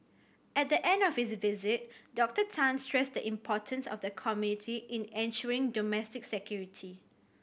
at the end of his visit Doctor Tan stressed the importance of the community in ensuring domestic security